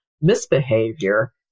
misbehavior